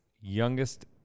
youngest